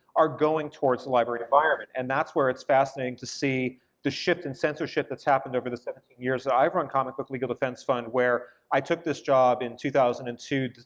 are going towards the library environment, and that's where it's fascinating to see the shift in censorship that's happened over the seventeen years that i've run comic book legal defense fund, where i took this job in two thousand and two,